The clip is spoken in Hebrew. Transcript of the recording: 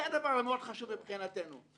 זה מה שחשוב מבחינתנו,